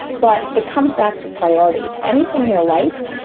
but it comes back to priorities anything in your life,